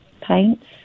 paints